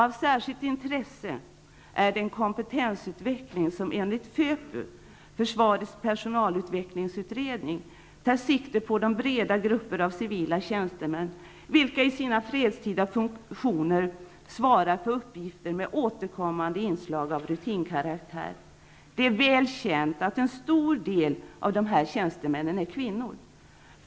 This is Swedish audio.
Av särskilt intresse är den kompetensutveckling som enligt FÖPU tar sikte på de breda grupper av civila tjänstemän, vilka i sina fredstida funktioner svarar för uppgifter med återkommande inslag av rutinkaraktär. Det är väl känt att en stor del av dessa tjänstemän är kvinnor.